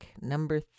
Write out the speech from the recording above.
Number